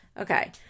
okay